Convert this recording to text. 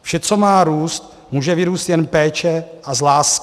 Vše, co má růst, může vyrůst jen z péče a lásky.